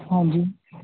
ਹਾਂਜੀ